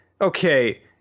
okay